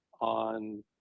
on